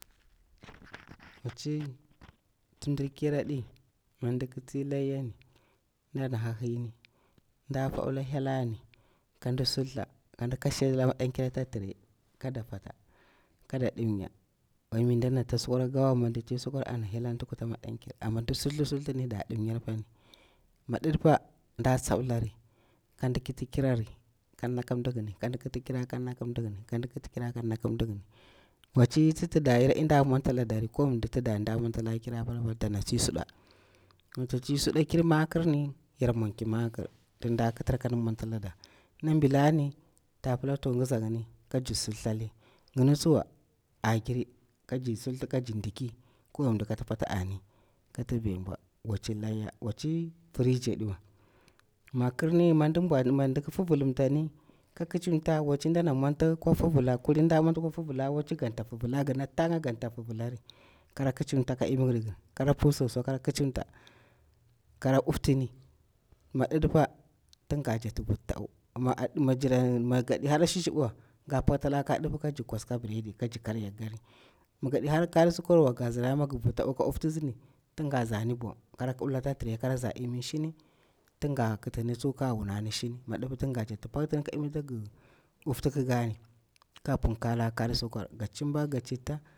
Waci nti mdir kir yaru ɗi, mi ndik tsi Layan, nɗa na hahini nda faubila helani kandi sulha kandi kashe la madankyar ta tire kada fata, kada dimya wami ndana ta sukwar kikawa mindi ti sukwar ana hilanti kuta madankyar ama ndi sulti sultini da dimyar pan mi didipa nda tsabilari kandi kiti kirari kannaka mdiyini kandi kiti kira kannaka mdiyini kandi kiti kira kannaka mdiyini. waci ti tida yaru ɗi nɗa mwantaladari kowani mdi tida an da mwontalada kira pal mitana tsi suda mita tsi suda kir makrini yar monki makir tin nda kitar kan mwontalada nam bilani da pila to ngiza yini kajir si thali yini tsuwa agiri ka dir sulhi kagirn ndiki kowani mdi kata fati ani kata vem mbwa waci laya, waci firiji diwa ma kirni ma mdi mbwan ma mdi fivilimtani ka kicimta waci ndana mwonti kwa fivila kulin nda mwonti kwa fivilawa waci ganta fivila gana tanga ganta fivilari kara kicimta ka imi girgir kara pu soso kara kicinta kara uftini mi didipa kinga javvitta uwu mi a mi jiran mi gadi hara shishibuwa ga pak tala ka dipa kag kwas ka biredi kaji karya kikari mi gadi hara kari sukwarwa gazara mig vitta u ka uftisini tiga zani bwon kara kilbila ka tire kara za imin shini tinga kitini ka wunani shini ma dipa tinga jakti paktini ka imi tagi uftikikani ka punkala kari sukwa ga cimba ga citta.